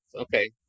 okay